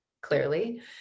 clearly